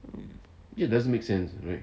mm